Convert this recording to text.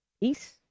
Peace